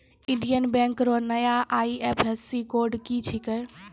Indian bank रो नया IFSC code की छिकै